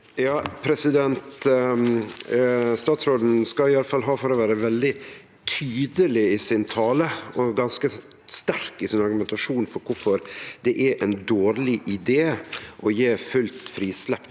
(V) Statsråden skal iallfall ha for å vere veldig tydeleg i sin tale og ganske sterk i sin argumentasjon for kvifor det er ein dårleg idé å gje fullt frislepp